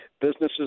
businesses